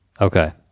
Okay